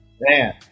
Man